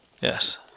Yes